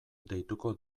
deituko